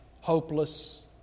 hopeless